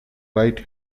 right